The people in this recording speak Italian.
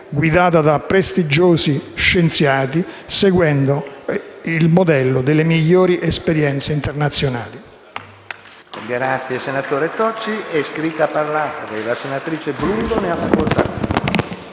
guidata da prestigiosi scienziati, scegliendo il modello delle migliori esperienze internazionali*.